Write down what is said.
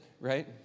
right